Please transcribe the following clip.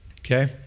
Okay